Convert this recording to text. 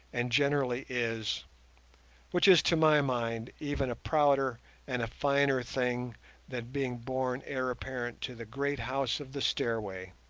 and generally is which is to my mind even a prouder and a finer thing than being born heir apparent to the great house of the stairway,